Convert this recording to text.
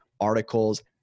articles